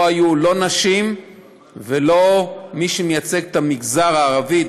לא היו לא נשים ולא מי שמייצג את המגזר הערבי,